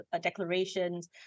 declarations